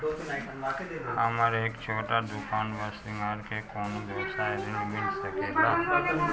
हमर एक छोटा दुकान बा श्रृंगार के कौनो व्यवसाय ऋण मिल सके ला?